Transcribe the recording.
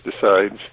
decides